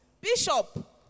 bishop